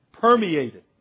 permeated